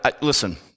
Listen